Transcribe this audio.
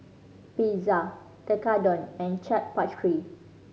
Pizza Tekkadon and Chaat